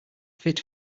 fit